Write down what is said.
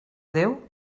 déu